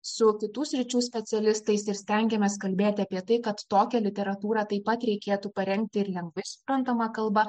su kitų sričių specialistais ir stengiamės kalbėti apie tai kad tokią literatūrą taip pat reikėtų parengti ir lengvai suprantama kalba